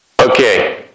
Okay